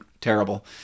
terrible